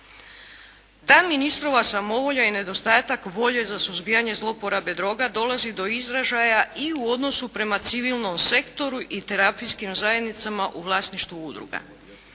Ta ministrova samovolja i nedostatak volje za suzbijanje zloporabe droga dolazi do izražaja i u odnosu prema civilnom sektoru i terapijskim zajednicama u vlasništvu udruga.